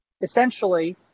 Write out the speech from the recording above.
essentially